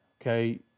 Okay